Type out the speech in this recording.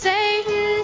Satan